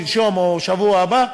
שלשום או בשבוע הבא,